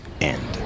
end